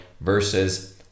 versus